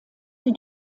sie